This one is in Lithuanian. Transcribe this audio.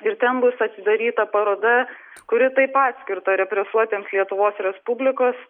ir ten bus atidaryta paroda kuri taip pat skirta represuotiems lietuvos respublikos